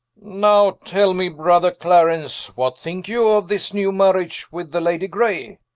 now tell me brother clarence, what thinke you of this new marriage with the lady gray?